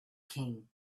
king